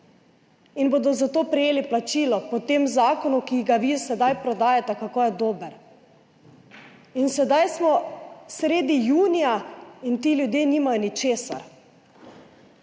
in bodo za to prejeli plačilo po tem zakonu, ki ga vi sedaj prodajate, kako je dober. In sedaj smo sredi junija in ti ljudje nimajo ničesar.